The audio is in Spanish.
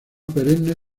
perenne